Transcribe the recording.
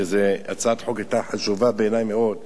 וזאת הצעת חוק שהיתה חשובה בעיני מאוד,